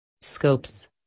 scopes